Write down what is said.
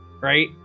right